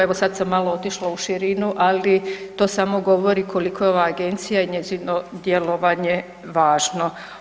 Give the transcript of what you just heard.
Evo sad sam malo otišla u širinu ali to samo govori koliko je ova agencija i njezino djelovanje važno.